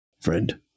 friend